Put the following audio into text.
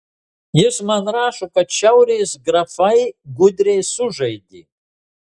jis man rašo kad šiaurės grafai gudriai sužaidė